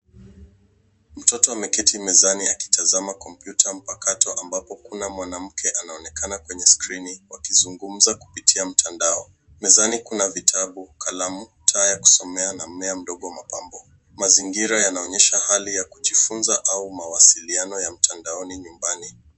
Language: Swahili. Mtoto ameketi mezani akitazama kompyuta mpakato ambapo kuna mwanamke anaonekana kwenye skrini wakizungumza kupitia mtandao. Mezani kuna vitabu, kalamu taa ya kusomea na mmea mdogo wa mapambo. Mazingira yanaonyesha hali ya kijufunza au mawasiliano ya mtandaoni nyumbani.